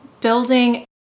building